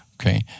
okay